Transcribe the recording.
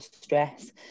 stress